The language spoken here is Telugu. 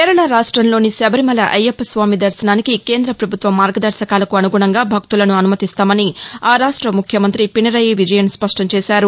కేరళ రాష్టంలోని శబరిమల అయ్యప్ప స్వామి దర్భనానికి కేంద్ర ప్రభుత్వ మార్గదర్భకాలకు అనుగుణంగా భక్తులను అనుమతిస్తామని ఆ రాష్ట ముఖ్యమంత్రి పినరయి విజయన్ స్పష్టం చేశారు